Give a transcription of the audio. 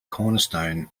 cornerstone